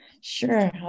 Sure